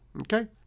Okay